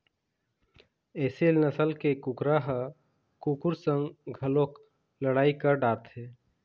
एसील नसल के कुकरा ह कुकुर संग घलोक लड़ई कर डारथे